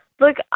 Look